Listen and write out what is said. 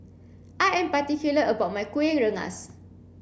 I am particular about my Kuih Rengas